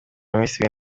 minisitiri